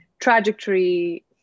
trajectory